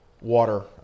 water